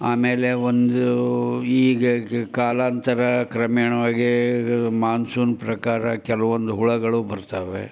ಆಮೇಲೆ ಒಂದು ಈಗ ಗ ಕಾಲಾಂತರ ಕ್ರಮೇಣವಾಗಿ ಮಾನ್ಸೂನ್ ಪ್ರಕಾರ ಕೆಲವೊಂದು ಹುಳುಗಳು ಬರ್ತವೆ